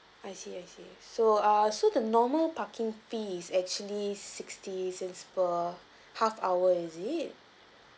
I see I see so err so the normal parking fee is actually sixty cents per half hour is it